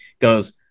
goes